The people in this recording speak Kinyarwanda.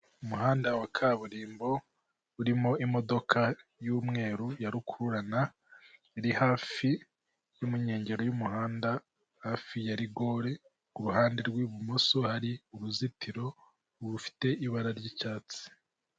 Umuhanda wa kaburimbo, urimo imodoka y'umweru ya rukururana, iri hafi yo mu kengero y'umuhanda, hafi ya rigori, ku ruhande rw'ibumoso hari uruzitiro rufite ibara ry'icyatsi.